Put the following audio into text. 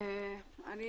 בבקשה.